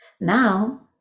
now